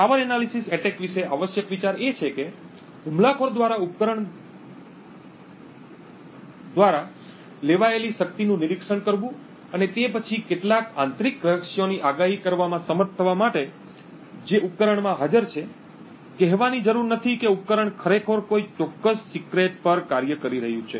power analysis attack વિશે આવશ્યક વિચાર એ છે કે હુમલાખોર દ્વારા ઉપકરણ દ્વારા લેવાયેલી શક્તિનું નિરીક્ષણ કરવું અને તે પછી કેટલાક આંતરિક રહસ્યોની આગાહી કરવામાં સમર્થ થવા માટે જે ઉપકરણમાં હાજર છે કહેવાની જરૂર નથી કે ઉપકરણ ખરેખર કોઈ ચોક્કસ સિક્રેટ પર કાર્ય કરી રહ્યું છે